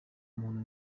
muntu